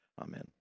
amen